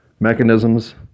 mechanisms